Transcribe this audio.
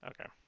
Okay